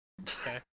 Okay